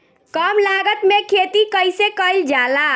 कम लागत में खेती कइसे कइल जाला?